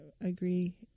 agree